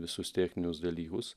visus techninius dalykus